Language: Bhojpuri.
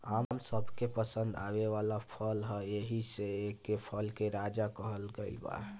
आम सबके पसंद आवे वाला फल ह एही से एके फल के राजा कहल गइल बा